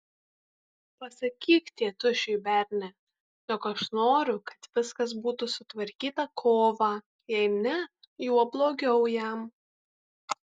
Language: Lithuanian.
pasakyk tėtušiui berne jog aš noriu kad viskas būtų sutvarkyta kovą jei ne juo blogiau jam